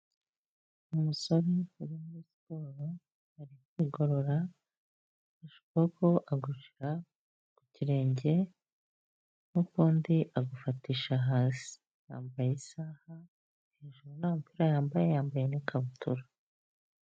Umusore uri muri siporo ari kwigorora, yafashe ukuboko agushyira ku kirenge, n'ukunndi agufatisha hasi, yambaye isaha hejuru nta mupira yambaye yambaye n'ikabutura.